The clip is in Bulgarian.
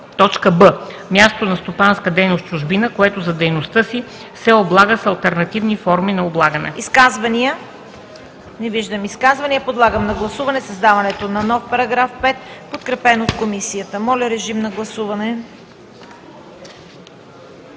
б) място на стопанска дейност в чужбина, което за дейността си се облага с алтернативни форми на облагане.“